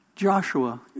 Joshua